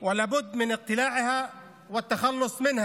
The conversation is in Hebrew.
עוול וגזענות יותר ויותר.